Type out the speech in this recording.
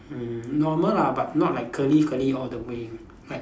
mm normal lah but not like curly curly all the way right